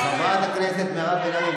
חברת הכנסת מירב בן ארי,